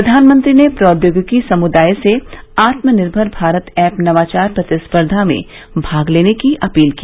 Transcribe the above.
प्रधानमंत्री ने प्रौद्योगिकी समुदाय से आत्मनिर्भर भारत ऐप नवाचार प्रतिस्पर्धा में भाग लेने की अपील की